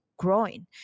growing